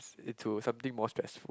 into something more stressful